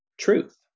truth